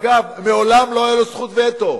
אגב, מעולם לא היתה לו זכות וטו,